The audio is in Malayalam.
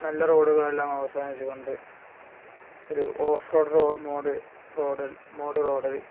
നല്ല റോഡുകളെല്ലാം അവസാനിച്ചുകൊണ്ട് ഒരു ഓഫ് റോഡ് റോഡ മോഡ് റോഡിൽ മോഡ് റോഡിൽ